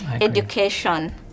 Education